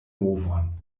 movon